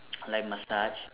I like massage